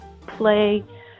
play